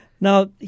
Now